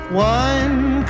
wine